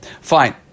Fine